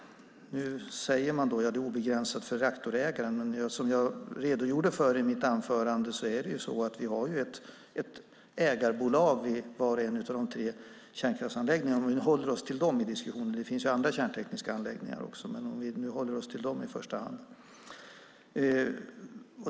Nu säger man att det är obegränsat för reaktorägaren, men som jag redogjorde för i mitt anförande har vi ju ett ägarbolag i var och en av de tre kärnkraftsanläggningarna, om vi nu håller oss till dem i diskussionen. Det finns andra kärntekniska anläggningar, men låt oss hålla oss till dessa i första hand.